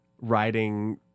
writing